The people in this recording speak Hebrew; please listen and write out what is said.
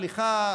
סליחה,